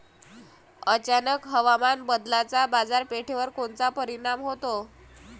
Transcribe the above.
अचानक हवामान बदलाचा बाजारपेठेवर कोनचा परिणाम होतो?